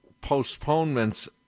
postponements